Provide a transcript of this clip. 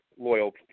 loyal